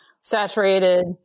saturated